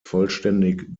vollständig